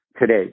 today